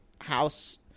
house